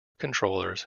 controllers